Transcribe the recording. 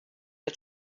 the